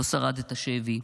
לא שרד את השבי.